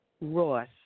Ross